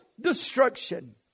destruction